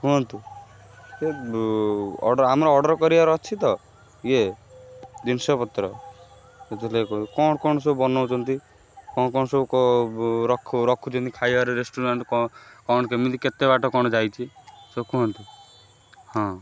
କୁହନ୍ତୁ ଅର୍ଡ଼ର୍ ଆମର ଅର୍ଡ଼ର୍ କରିବାର ଅଛି ତ ଇଏ ଜିନିଷ ପତ୍ର କ'ଣ କ'ଣ ସବୁ ବନାଉଛନ୍ତି କ'ଣ କ'ଣ ସବୁ ରଖୁଛନ୍ତି ଖାଇବାରେ ରେଷ୍ଟୁରାଣ୍ଟ୍ କ'ଣ କ'ଣ କେମିତି କେତେ ବାଟ କ'ଣ ଯାଇଛି ସବୁ କୁହନ୍ତୁ ହଁ